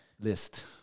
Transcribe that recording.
list